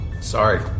Sorry